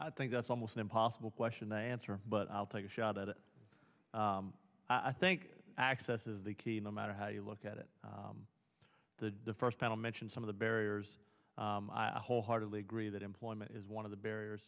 i think that's almost an impossible question to answer but i'll take a shot at it i think access is the key no matter how you look at it the first panel mentioned some of the barriers i wholeheartedly agree that employment is one of the barriers